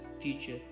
future